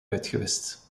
uitgewist